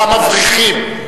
אותם מבריחים,